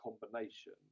combination